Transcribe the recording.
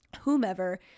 whomever